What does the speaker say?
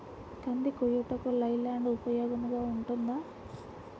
కంది కోయుటకు లై ల్యాండ్ ఉపయోగముగా ఉంటుందా?